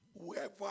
whoever